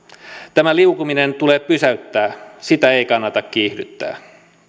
tämä liukuminen tulee pysäyttää sitä ei kannata kiihdyttää